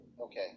Okay